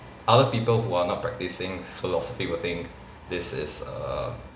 other people who are not practising philosophy will think this is err